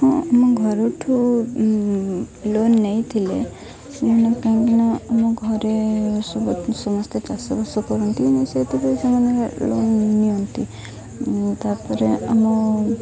ହଁ ଆମ ଘରଠୁ ଲୋନ୍ ନେଇ ଥିଲେ କାହିଁକିନା ଆମ ଘରେ ସବୁ ସମସ୍ତେ ଚାଷବାସ କରନ୍ତି ସେଇଥିପାଇଁ ସେମାନେ ଲୋନ୍ ନିଅନ୍ତି ତାପରେ ଆମ